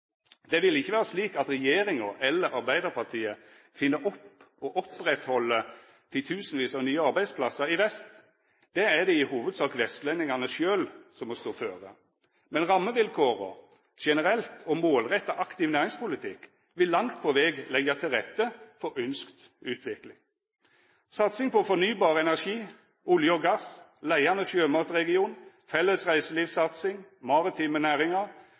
Det vil ikkje vera slik at regjeringa eller Arbeidarpartiet finn opp og opprettheld titusenvis av nye arbeidsplassar i vest. Det er det i hovudsak vestlendingane sjølve som må stå for, men rammevilkåra generelt og målretta aktiv næringspolitikk vil langt på veg leggja til rette for ønskt utvikling. Satsing på fornybar energi, olje og gass, leiande sjømatregion, felles reiselivsstrategi, maritime næringar,